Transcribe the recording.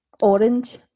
orange